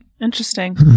Interesting